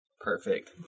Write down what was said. Perfect